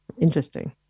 Interesting